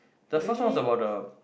the first one was about the